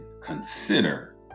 consider